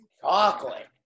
Chocolate